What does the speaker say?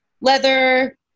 leather